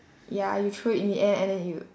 ya you throw it in the air and then you